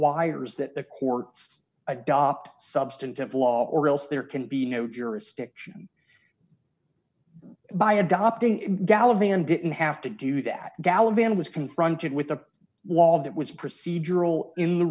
requires that the courts adopt substantive law or else there can be no jurisdiction by adopting a gallop and didn't have to do that gallup and was confronted with a law that was procedural in the